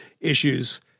issues